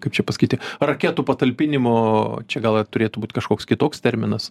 kaip čia pasakyti raketų patalpinimo čia gal turėtų būt kažkoks kitoks terminas